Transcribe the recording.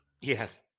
Yes